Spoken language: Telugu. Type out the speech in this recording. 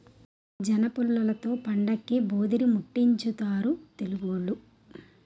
జనపుల్లలతో పండక్కి భోధీరిముట్టించుతారు తెలుగోళ్లు